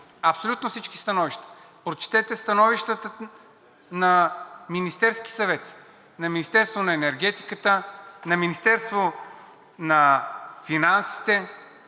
абсолютно всички становища. Прочетете становищата на Министерския съвет, на Министерството на енергетиката, на Министерството на финансите.